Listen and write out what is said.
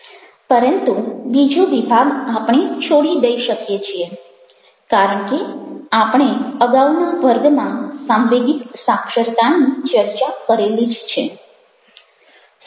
પરંતુ બીજો વિભાગ આપણે છોડી દઈ શકીએ છીએ કારણ કે આપણે અગાઉના વર્ગમાં સાંવેગિક સાક્ષરતાની ચર્ચા કરેલી જ છે